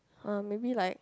uh maybe like